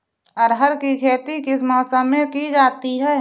अरहर की खेती किस मौसम में की जाती है?